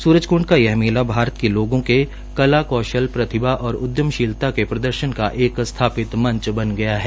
सूरजक्ंड का यह मेला भारत के लोगों के कला कौशल प्रतिभा और उदयमशीलता के प्रदर्शन का एक स्थाई मंच बन गया है